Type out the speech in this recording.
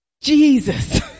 Jesus